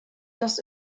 dass